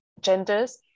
genders